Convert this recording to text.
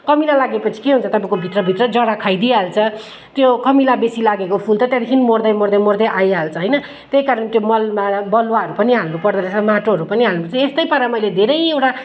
कमिला लागेपछि के हुन्छ तपाईँको भित्रभित्र जरा खाइदिइहाल्छ त्यो कमिला बेसी लागेको फुल त त्यहाँदेखि मर्दै मर्दै मर्दै आइहाल्छ होइन त्यही कारण त्यो मलमा बलुवाहरू पनि हाल्नु पर्दोरहेछ माटोहरू पनि हाल्नुपर्छ यस्तै तर मैले धेरैवटा